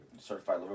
Certified